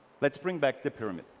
let's bring back the pyramid.